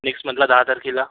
next मंथला दहा तारखेला